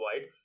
wide